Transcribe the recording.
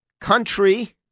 country